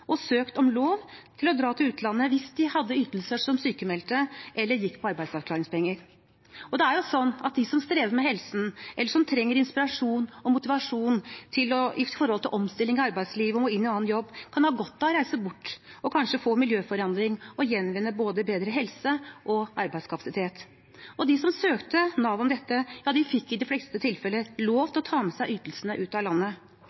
og søkt om lov til å dra til utlandet hvis de hadde ytelser som sykmeldte eller gikk på arbeidsavklaringspenger. Og det er jo sånn at de som strever med helsen, eller som trenger inspirasjon og motivasjon i forbindelse med omstilling i arbeidslivet, og som må inn i en annen jobb, kan ha godt av å reise bort og kanskje få miljøforandring og gjenvinne både bedre helse og arbeidskapasitet. De som søkte Nav om dette, fikk i de fleste tilfeller lov til å ta med seg ytelsene ut av landet.